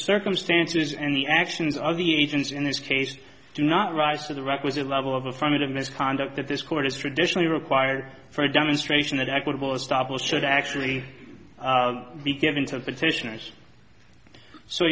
circumstances and the actions of the agents in this case do not rise to the requisite level of affirmative misconduct that this court has traditionally required for a demonstration that i could well established should actually be given to the petitioners so